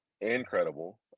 Incredible